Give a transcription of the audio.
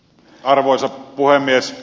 arvoisa puhemies